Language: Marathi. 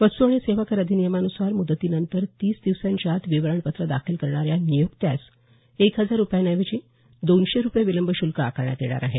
वस्त आणि सेवा कर अधिनियमानुसार मुदतीनंतर तीस दिवसांच्या आत विवरणपत्र दाखल करणाऱ्या नियोक्त्यास एक हजार रूपयांऐवजी दोनशे रुपये विलंब श्ल्क आकारण्यात येणार आहे